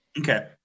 Okay